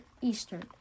eastern